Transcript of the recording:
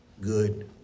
Good